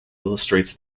illustrates